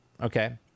okay